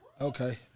Okay